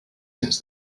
since